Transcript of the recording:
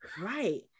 Right